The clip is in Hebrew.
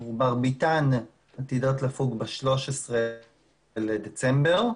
מרביתן עתידות לפוג ב-13 בדצמבר.